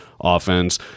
offense